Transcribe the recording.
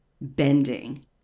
bending